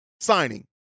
signing